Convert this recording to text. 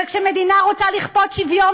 וכשמדינה רוצה לכפות שוויון,